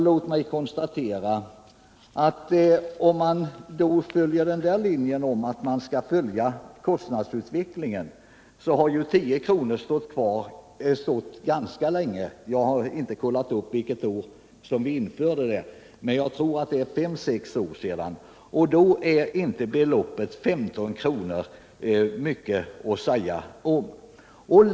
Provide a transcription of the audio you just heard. Låt mig då konstatera att om man följer den linjen att arbetslöshetsbidragets storlek skall ansluta sig till kostnadsutvecklingen har ju beloppet 10 kr. kvarstått ganska länge — jag har visserligen inte kontrollerat vilket år vi införde det beloppet, men jag tror det var för fem eller sex år sedan — och det är då inte mycket att säga om förslaget att höja beloppet till 15 kr.